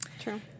True